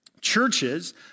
Churches